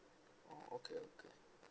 okay okay